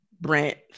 Brent